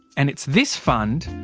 and it's this fund,